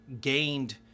gained